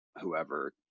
whoever